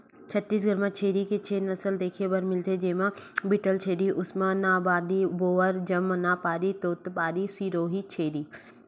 छत्तीसगढ़ म छेरी के छै नसल देखे बर मिलथे, जेमा बीटलछेरी, उस्मानाबादी, बोअर, जमनापारी, तोतपारी, सिरोही छेरी